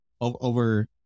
over